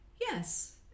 yes